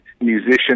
musician